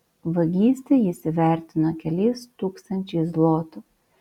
vagystę jis įvertino keliais tūkstančiais zlotų